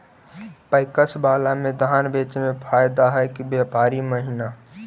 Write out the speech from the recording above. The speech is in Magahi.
पैकस बाला में धान बेचे मे फायदा है कि व्यापारी महिना?